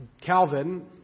Calvin